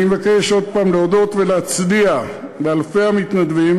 אני מבקש עוד הפעם להודות ולהצדיע לאלפי המתנדבים